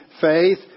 faith